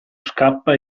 scappa